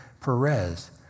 Perez